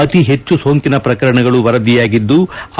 ಅತಿ ಹೆಚ್ಚು ಸೋಂಕಿನ ಪ್ರಕರಣಗಳು ವರದಿಯಾಗಿದ್ಲು